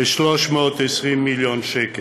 11.320 מיליארד שקל.